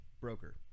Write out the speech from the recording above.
broker